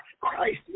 Christ